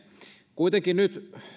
kuitenkin nyt